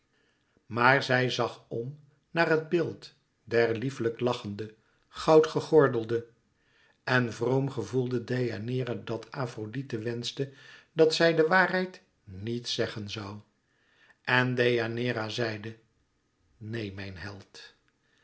maar zij zag om naar het beeld der lieflijk lachende goud gegordelde en vroom gevoelde deianeira dat afrodite wenschte dat zij de waarheid niet zeggen zoû en deianeira zeide neen mijn held